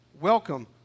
welcome